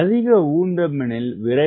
அதிக உந்தம் எனில் விரைவாக VLO எட்டிவிடலாம்